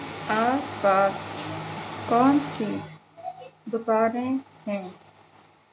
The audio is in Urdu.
آس پاس کون سی دکانیں ہیں